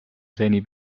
seni